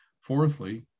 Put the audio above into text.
Fourthly